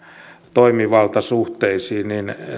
toimivaltasuhteisiin